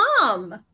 mom